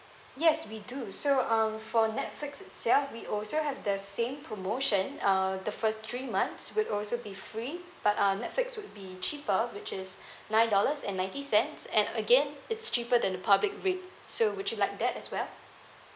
yes we do so um for Netflix itself we also have the same promotion uh the first three months would also be free but uh Netflix would be cheaper which is nine dollars and ninety cents and again it's cheaper than the public rate so would you like that as well